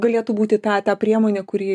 galėtų būti ta ta priemonė kuri